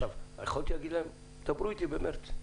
יכולתי לומר להם שידברו איתי במרץ,